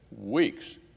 weeks